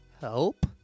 help